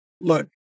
Look